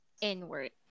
inward